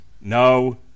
No